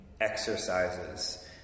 exercises